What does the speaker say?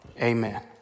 Amen